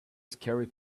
scary